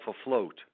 afloat